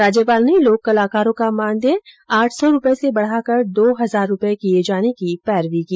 राज्यपाल ने लोक कलाकारों का मानदेय आठ सौ रूपये से बढ़ाकर दो हजार रूपये किये जाने की पैरवी की